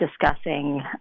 discussing